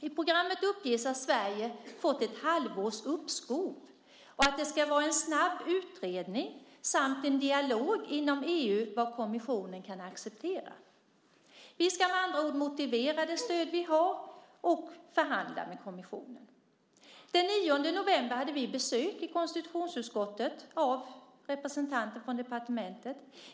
I programmet uppges att Sverige har fått ett halvårs uppskov och att det ska vara en snabb utredning samt en dialog inom EU om vad kommissionen kan acceptera. Vi ska med andra ord motivera det stöd vi har och förhandla med kommissionen. Den 9 november hade vi besök i konstitutionsutskottet av representanter för departementet.